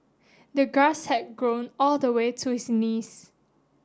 the grass had grown all the way to his knees